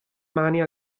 mani